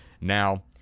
Now